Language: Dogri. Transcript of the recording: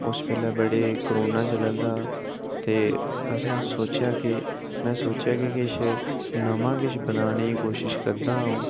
उस बेल्लै बड़ा करोना चला दा हा ते असें सोचेआ के में सोचेआ के किश नमां किश बनाने दी कोशश करदा अ'ऊं